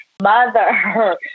mother